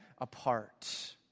apart